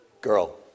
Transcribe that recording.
girl